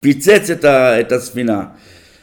פיצץ את הספינה